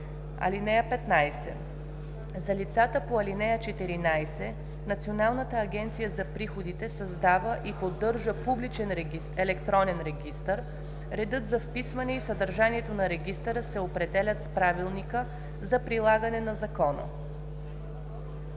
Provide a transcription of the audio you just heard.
ал. 15. (15) За лицата по ал. 14 Националната агенция за приходите създава и поддържа публичен електронен регистър. Редът за вписване и съдържанието на регистъра се определят с правилника за прилагане на закона.“